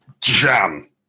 jam